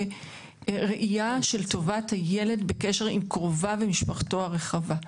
כראייה של טובת הילד בקשר עם קרוביו ומשפחתו הרחבה.